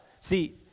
See